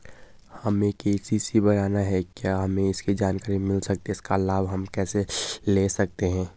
हमें के.सी.सी बनाना है क्या हमें इसकी जानकारी मिल सकती है इसका लाभ हम कैसे ले सकते हैं?